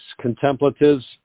contemplatives